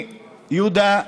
יהודה,